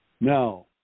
Now